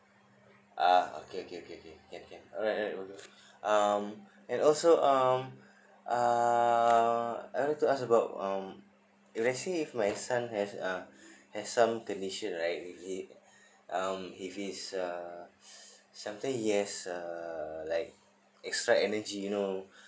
uh okay okay okay okay can can alright alright will do um and also um uh I want to ask about um if let's say if my son has uh has some conditions right if he um if he's a something he has a like extra energy you know